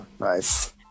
Nice